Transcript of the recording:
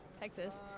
Texas